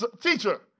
teacher